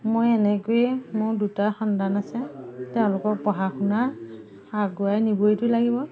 মই এনেকৈয়ে মোৰ দুটা সন্তান আছে তেওঁলোকৰ পঢ়া শুনা আগুৱাই নিবইটো লাগিব